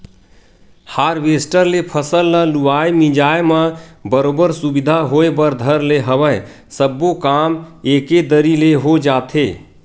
harvester ले फसल ल लुवाए मिंजाय म बरोबर सुबिधा होय बर धर ले हवय सब्बो काम एके दरी ले हो जाथे